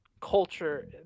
culture